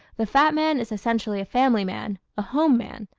the fat man is essentially a family man, a home man,